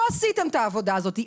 לא עשיתם את העבודה הזאת.